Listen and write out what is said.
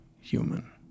human